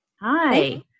Hi